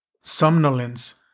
somnolence